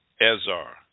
Ezra